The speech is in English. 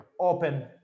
open